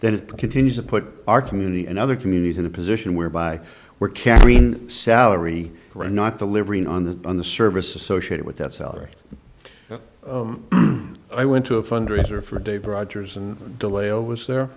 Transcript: then continue to put our community and other communities in a position whereby we're carrying a salary we're not delivering on the on the service associated with that salary i went to a fundraiser for dave rogers and delay i was there